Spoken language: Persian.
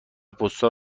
پستال